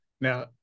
Now